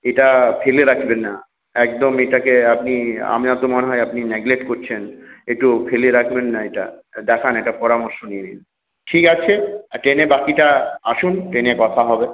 এটা ফেলে রাখবেন না একদম এটাকে আপনি আমার তো মনে হয় আপনি নেগ্লেক্ট করছেন একটু ফেলে রাখবেন না এটা দেখান একটু পরামর্শ নিয়ে নিন ঠিক আছে ট্রেনে বাকিটা আসুন ট্রেনে কথা হবে